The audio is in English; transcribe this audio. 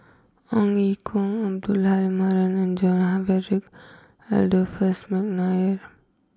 Ong Ye Kung Abdul Halim Haron and John Frederick Adolphus McNair